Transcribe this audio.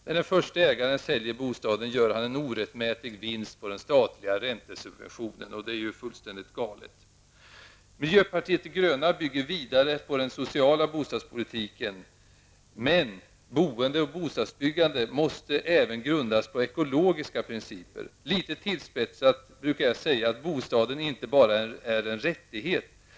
När den förste ägaren säljer bostaden gör han en orättmätig vinst på den statliga räntesubventionen, och det är ju fullständigt galet. Miljöpartiet de gröna bygger vidare på den sociala bostadspolitiken. Men boende och bostadsbyggande måste även grundas på ekologiska principer. Litet tillspetsat brukar jag säga att bostaden inte bara är en rättighet.